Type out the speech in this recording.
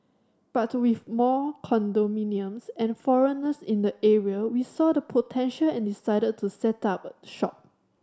but with more condominiums and foreigners in the area we saw the potential and decided to set up shop